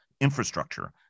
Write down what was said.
infrastructure